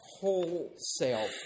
Wholesale